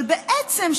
אבל בעצם,